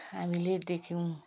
हामीले देख्यौँ